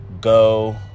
go